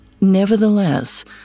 Nevertheless